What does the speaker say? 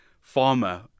farmer